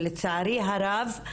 לצערי הרב,